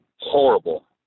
horrible